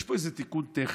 יש פה איזה תיקון טכני,